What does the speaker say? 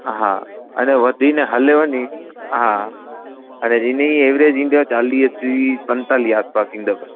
हा अञा वधी न हलेव नी हा हाणे हिन जी एवरेज ईंदव चालीह टीह पंजतालीह आसि पासि ईंदव